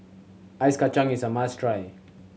Ice Kachang is a must try